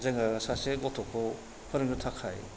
जोङो सासे गथ'खौ फोरोंनो थाखाय